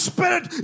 Spirit